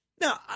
Now